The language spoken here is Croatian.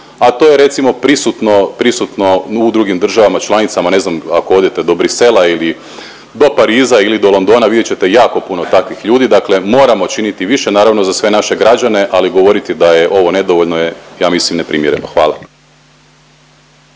a to je recimo prisutno, prisutno u drugim državama članicama ne znam ako odete do Bruxellesa ili do Pariza ili do Londona vidjet ćete jako puno takvih ljudi. Dakle, moramo činiti više naravno za sve naše građane, ali govoriti da je ovo nedovoljno je ja mislim neprimjereno. Hvala.